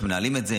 איך מנהלים את זה,